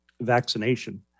vaccination